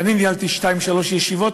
ואני ניהלתי שתיים-שלוש ישיבות.